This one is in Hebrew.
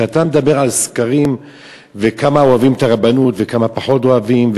כשאתה מדבר על סקרים וכמה אוהבים את הרבנות וכמה פחות אוהבים,